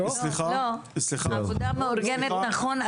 בעבודה מאורגנת נכון,